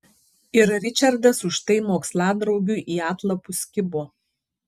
ir ričardas už tai moksladraugiui į atlapus kibo